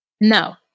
no